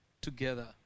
together